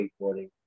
skateboarding